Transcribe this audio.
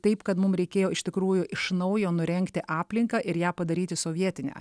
taip kad mum reikėjo iš tikrųjų iš naujo nurengti aplinką ir ją padaryti sovietinę